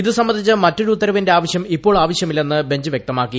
ഇത് സംബന്ധിച്ച് മറ്റൊരു ഉത്തരവിന്റെ ആവശ്യം ഇപ്പോൾ ആവശ്യമില്ലെന്ന് ബഞ്ച് വൃക്തമാക്കി